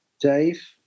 Dave